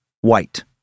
white